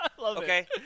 Okay